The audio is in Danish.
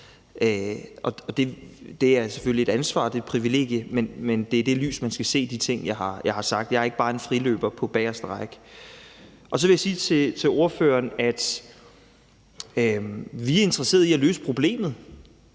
det er selvfølgelig et ansvar og et privilegie, men det er i det lys, man skal se de ting, jeg har sagt. Jeg er ikke bare en friløber på bageste række. Så vil jeg sige til hr. Morten Messerschmidt, at vi er interesseret i at løse problemet,